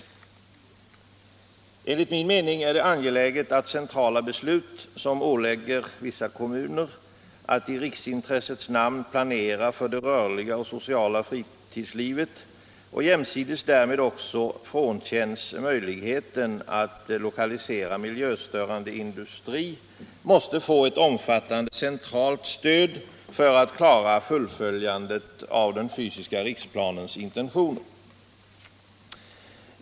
Enligt min mening är det angeläget att centrala beslut, som ålägger vissa kommuner att i riksintressets namn planera för det rörliga och sociala fritidslivet och därmed också berövar dem möjligheten att lokalisera miljöstörande industri, måste kombineras med ett omfattande centralt stöd för att kommunerna skall kunna klara fullföljandet av den fysiska riksplanens intentioner.